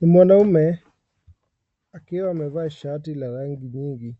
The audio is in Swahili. Ni mwanaume akiwa amevaa shati la rangi nyingi